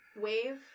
wave